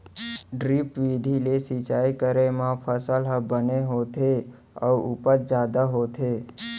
drip बिधि ले सिंचई करे म फसल ह बने होथे अउ उपज जादा होथे